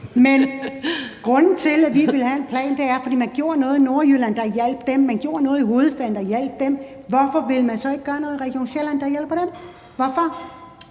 Men grunden til, at vi vil have en plan, er, at man gjorde noget i Nordjylland, der hjalp dem. Man gjorde noget i hovedstaden, der hjalp dem. Hvorfor vil man så ikke gøre noget, der hjælper dem i